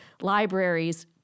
libraries